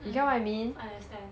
mmhmm I understand